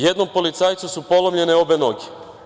Jednom policajcu su polomljene obe noge.